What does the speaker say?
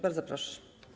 Bardzo proszę.